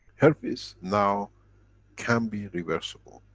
herpes now can be reversible.